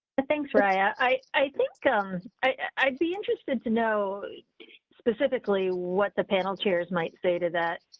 thanks for i, ah i i think um i'd be interested to know specifically what the panel chairs might say to that.